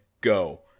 go